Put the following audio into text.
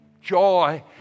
joy